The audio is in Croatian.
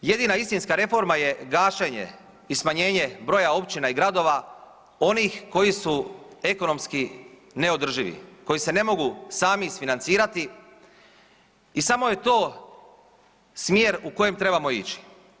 Jedina istinska reforma je gašenje i smanjenje broja općina i gradova onih koji su ekonomski neodrživi, koji se ne mogu sami isfinancirati i samo je to smjer u kojem trebamo ići.